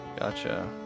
Gotcha